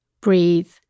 Breathe